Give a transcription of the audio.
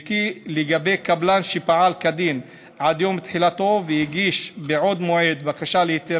וכי לגבי קבלן שפעל כדין עד יום תחילתו והגיש בעוד מועד בקשה להיתר